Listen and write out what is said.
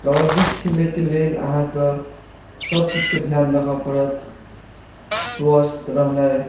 कबड्डी खेलयके लेल अहाँके सभकिछुके ध्यान राखय पड़त स्वस्थ रहनाइ